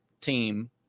team